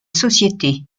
société